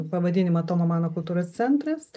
pavadinimą tomo mano kultūros centras